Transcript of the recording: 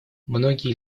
многие